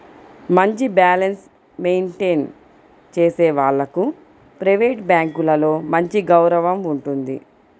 మంచి balance maintain చేసే వాళ్లకు ప్రైవేట్ బ్యాంకులలో మంచి గౌరవం ఉంటుంది